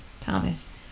Thomas